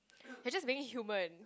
you're just being human